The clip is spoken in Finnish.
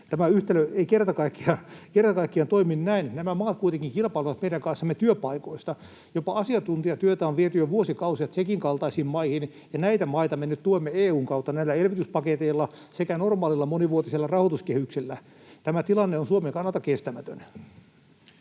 Tämä yhtälö ei kerta kaikkiaan toimi näin. Nämä maat kuitenkin kilpailevat meidän kanssamme työpaikoista. Jopa asiantuntijatyötä on viety jo vuosikausia Tšekin kaltaisiin maihin, ja näitä maita me nyt tuemme EU:n kautta näillä elvytyspaketeilla sekä normaalilla monivuotisella rahoituskehyksellä. Tämä tilanne on Suomen kannalta kestämätön.